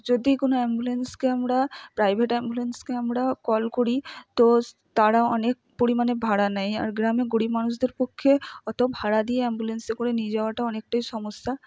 যদি কোনও অ্যাম্বুলেন্সকে আমরা প্রাইভেট অ্যাম্বুলেন্সকে আমরা কল করি তো তারা অনেক পরিমাণে ভাড়া নেয় আর গ্রামে গরিব মানুষদের পক্ষে অত ভাড়া দিয়ে অ্যাম্বুলেন্সে করে নিয়ে যাওয়াটা অনেকটাই সমস্যা